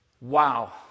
wow